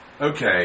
Okay